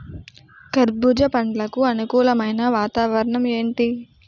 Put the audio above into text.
కర్బుజ పండ్లకు అనుకూలమైన వాతావరణం ఏంటి?